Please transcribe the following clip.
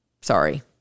Sorry